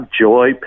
joy